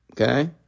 Okay